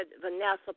Vanessa